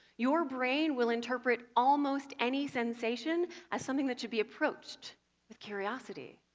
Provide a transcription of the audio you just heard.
your brain will interpret almost any sensation as something that should be approached with curiosity.